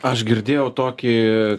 aš girdėjau tokį